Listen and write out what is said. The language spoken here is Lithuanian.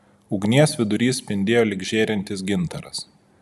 ugnies vidurys spindėjo lyg žėrintis gintaras